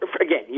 again